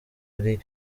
ari